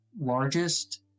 largest